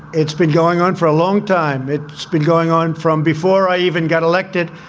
it's been going on for a long time. it's been going on from before i even got elected.